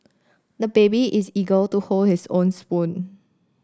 the baby is eager to hold his own spoon